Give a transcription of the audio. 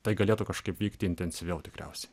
tai galėtų kažkaip vykti intensyviau tikriausiai